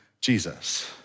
Jesus